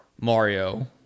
Mario